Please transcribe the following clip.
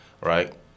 right